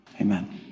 amen